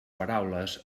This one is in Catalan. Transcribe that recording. paraules